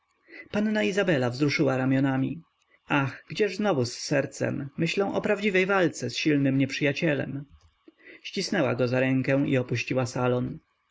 panna izabela wzruszyła ramionami ach gdzież znowu z sercem myślę o prawdziwej walce z silnym nieprzyjacielem ścisnęła go za rękę i opuściła salon